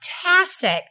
Fantastic